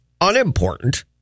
unimportant